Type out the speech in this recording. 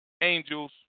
angels